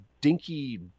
dinky